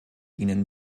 ihnen